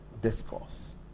discourse